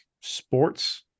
sports